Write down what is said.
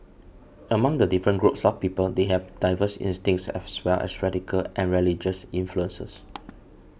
among the different groups of people they have diverse instincts as well as racial and religious influences